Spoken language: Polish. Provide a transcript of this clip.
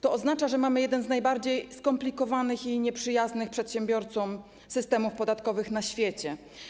To oznacza, że mamy jeden z najbardziej skomplikowanych i nieprzyjaznych przedsiębiorcom systemów podatkowych na świecie.